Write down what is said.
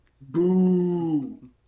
Boom